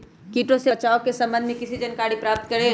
किटो से बचाव के सम्वन्ध में किसी जानकारी प्राप्त करें?